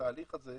התהליך הזה,